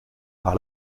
par